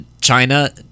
China